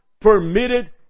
permitted